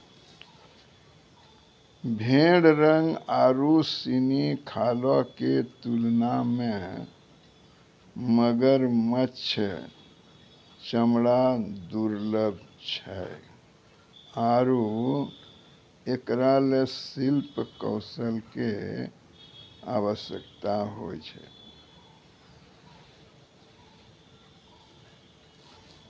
भेड़ रंग आरु सिनी खालो क तुलना म मगरमच्छ चमड़ा दुर्लभ छै आरु एकरा ल शिल्प कौशल कॅ आवश्यकता होय छै